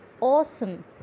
awesome